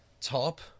top